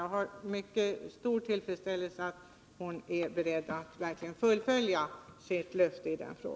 Jag känner mycket stor tillfredsställelse över att skolministern är beredd Nr 37 att verkligen infria sitt löfte i det här fallet.